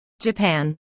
Japan